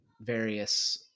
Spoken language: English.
various